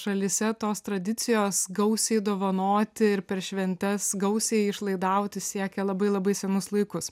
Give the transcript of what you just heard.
šalyse tos tradicijos gausiai dovanoti ir per šventes gausiai išlaidauti siekia labai labai senus laikus